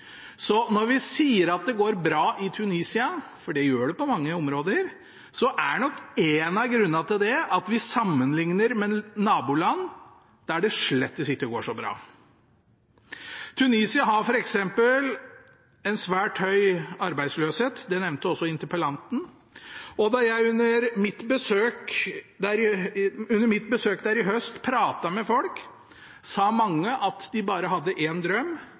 Så når vi sier at det går bra i Tunisia, for det gjør det på mange områder, er nok en av grunnene til det at vi sammenligner med naboland der det slett ikke går så bra. Tunisia har f.eks. en svært høy arbeidsløshet, det nevnte også interpellanten, og da jeg under mitt besøk der i høst pratet med folk, sa mange at de bare hadde én drøm,